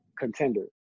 contender